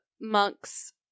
monks